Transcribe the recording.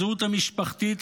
הזהות המשפחתית,